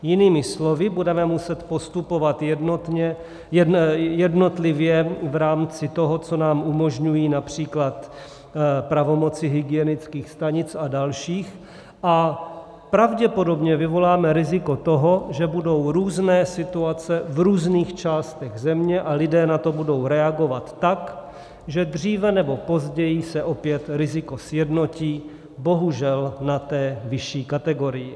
Jinými slovo, budeme muset postupovat jednotlivě v rámci toho, co nám umožňují například pravomoci hygienických stanic a dalších, a pravděpodobně vyvoláme riziko toho, že budou různé situace v různých částech země a lidé na to budou reagovat tak, že dříve nebo později se opět riziko sjednotí, bohužel na té vyšší kategorii.